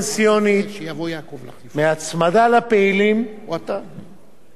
מהצמדה לפעילים להצמדה לחברים,